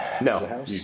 No